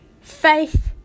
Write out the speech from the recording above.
faith